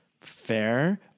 fair